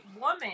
woman